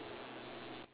okay sure